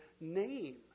name